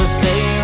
stay